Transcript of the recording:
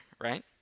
right